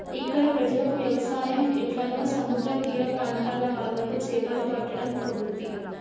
ఇక్కడ ప్రజలకు వ్యవసాయం ఎట్లనో సముద్ర తీర ప్రాంత్రాల వాళ్లకు చేపలు పట్టడం ఒక వృత్తి